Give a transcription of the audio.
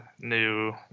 new